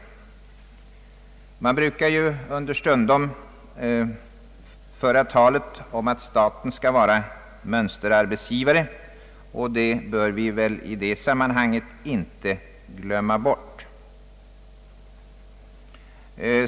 Man talar understundom om att staten skall vara mönsterarbetsgivare, och det bör vi inte glömma bort.